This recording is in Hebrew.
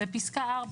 בפסקה (4),